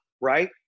right